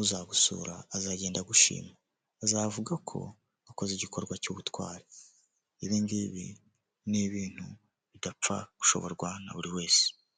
uzagusura azagenda agushima, azavuga ko wakoze igikorwa cy'ubutwari, ibi ngibi ni ibintu bidapfa gushoborwa na buri wese.